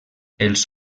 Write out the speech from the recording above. els